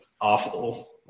awful